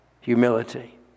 humility